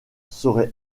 serait